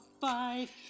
five